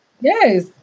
Yes